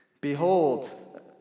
Behold